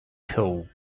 till